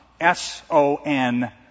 S-O-N